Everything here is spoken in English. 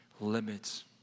limits